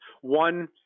One